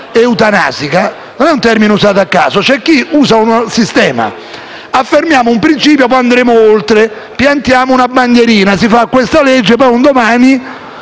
affermiamo un principio e poi andremo oltre. Piantiamo una bandierina: si fa questa legge, un domani vedremo se andare oltre, come si è fatto per altri temi.